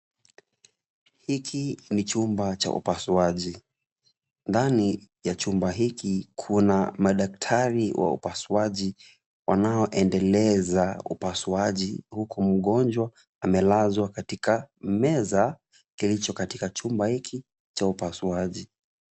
Hiki ni chumba cha upasuaji, ndani ya chumba hiki kuna madaktari wa upasuaji wanaoendeleza upasuaji huku mgonjwa amelazwa katika meza kilicho katika chumba hiki cha upasuaji.